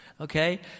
Okay